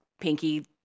Pinky